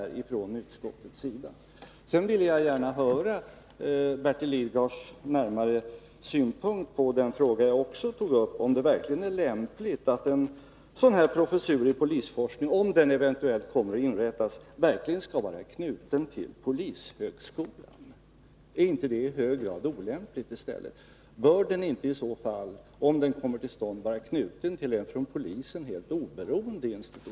Jag vill gärna höra Bertil Lidgards synpunkt på den fråga som jag också tog upp, om det verkligen är lämpligt att en professur i polisforskning, om den eventuellt kommer att inrättas, skall vara knuten till polishögskolan. Är det inte i stället i hög grad olämpligt? Bör den inte i så fall vara knuten till en av polisen helt oberoende institution?